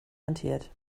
rentiert